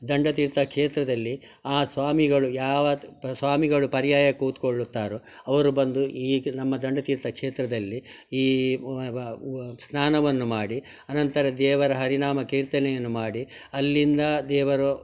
ದಂಡತೀರ್ಥ ಕ್ಷೇತ್ರದಲ್ಲಿ ಆ ಸ್ವಾಮಿಗಳು ಯಾವ ಪ ಸ್ವಾಮಿಗಳು ಪರ್ಯಾಯ ಕುತ್ಕೊಳ್ಳುತ್ತಾರೋ ಅವರು ಬಂದು ಈ ನಮ್ಮ ದಂಡತೀರ್ಥ ಕ್ಷೇತ್ರದಲ್ಲಿ ಈ ಸ್ನಾನವನ್ನು ಮಾಡಿ ಆನಂತರ ದೇವರ ಹರಿನಾಮ ಕೀರ್ತನೆಯನ್ನು ಮಾಡಿ ಅಲ್ಲಿಂದ ದೇವರು